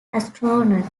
astronaut